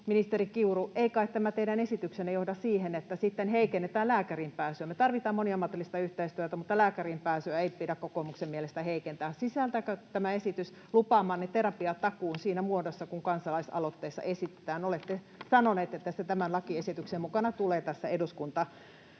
ministeri Kiuru: ei kai tämä teidän esityksenne johda siihen, että sitten heikennetään lääkäriin pääsyä? Me tarvitaan moniammatillista yhteistyötä, mutta lääkäriin pääsyä ei pidä kokoomuksen mielestä heikentää. Sisältääkö tämä esitys lupaamanne terapiatakuun siinä muodossa kuin kansalaisaloitteessa esitetään? Olette sanonut, että se tulee tämän lakiesityksen mukana tähän eduskuntasaliin.